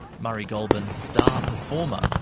murray goulburn's star performer,